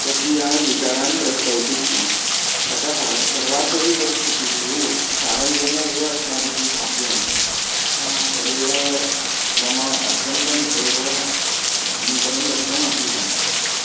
स्वकीयान् विचारान् प्रस्तौति स्म अतः सर्वासु अपि परिस्थितिषु सारल्येन एव अस्माभिः भाव्यं तदेव मम अत्यन्तम् एव नूतनं तत्त्वम् अधीतम्